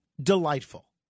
delightful